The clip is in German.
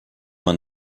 man